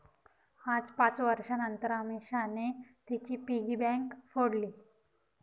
आज पाच वर्षांनतर अमीषाने तिची पिगी बँक फोडली